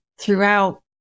throughout